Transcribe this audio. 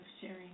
sharing